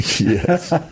Yes